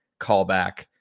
callback